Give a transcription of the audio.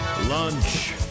Lunch